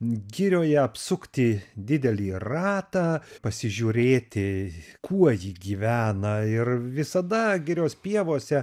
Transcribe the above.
girioje apsukti didelį ratą pasižiūrėti kuo ji gyvena ir visada girios pievose